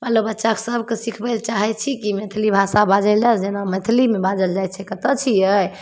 बालो बच्चा सभके सिखबैलए चाहै छी कि मैथिली भाषा बाजल जाउ जेना मैथिलीमे बाजल जाइ छै कतऽ छिए